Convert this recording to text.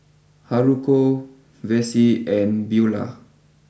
Haruko Vessie and Beulah